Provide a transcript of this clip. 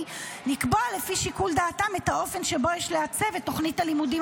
לקבוע לפי שיקול דעתם את האופן שבו יש לעצב את תוכנית הלימודים